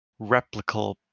replicable